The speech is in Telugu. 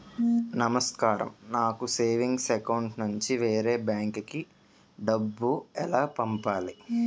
నమస్కారం నాకు సేవింగ్స్ అకౌంట్ నుంచి వేరే బ్యాంక్ కి డబ్బు ఎలా పంపాలి?